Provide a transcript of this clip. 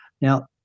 Now